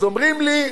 אז אומרים לי: